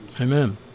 Amen